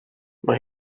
mae